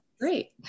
great